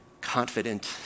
confident